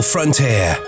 frontier